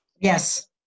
Yes